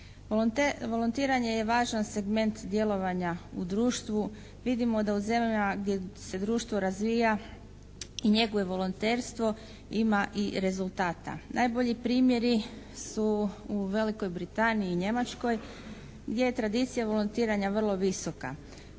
Volontiranje je važan segment djelovanja u društvu. Vidimo da u zemljama gdje se društvo razvija i njeguje volonterstvo ima i rezultata. Najbolji primjeri su u Velikoj Britaniji i Njemačkoj gdje je tradicija volontiranja vrlo visoka.